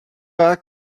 pas